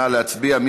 נא להצביע.